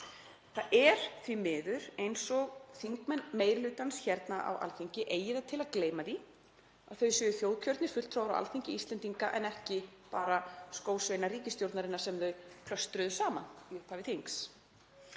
Það er því miður eins og þingmenn meiri hlutans hér á Alþingi eigi það til að gleyma því að þau séu þjóðkjörnir fulltrúar á Alþingi Íslendinga en ekki bara skósveinar ríkisstjórnarinnar sem þau klöstruðu saman í upphafi þings.